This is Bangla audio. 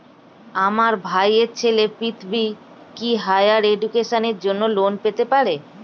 আমার ভাইয়ের ছেলে পৃথ্বী, কি হাইয়ার এডুকেশনের জন্য লোন পেতে পারে?